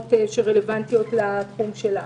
דוגמאות שרלוונטיות לתחום שלה.